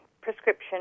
prescription